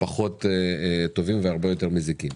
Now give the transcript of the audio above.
פחות טובים והרבה יותר מזיקים.